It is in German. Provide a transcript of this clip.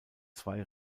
zwei